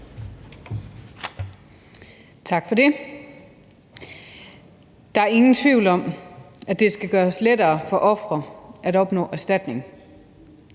Tak for det. Der er ingen tvivl om, at det skal gøres lettere for ofre at opnå erstatning.